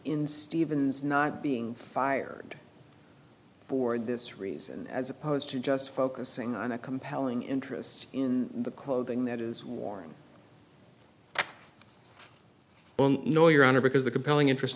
in stephen's not being fired for this reason as opposed to just focusing on a compelling interest in the clothing that is worn on noir honor because the compelling interest